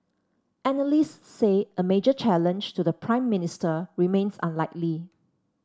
analysts say a major challenge to the Prime Minister remains unlikely